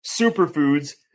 superfoods